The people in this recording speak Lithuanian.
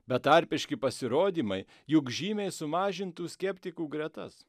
betarpiški pasirodymai juk žymiai sumažintų skeptikų gretas